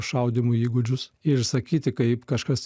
šaudymo įgūdžius ir sakyti kaip kažkas